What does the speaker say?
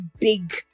big